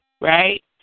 right